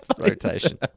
rotation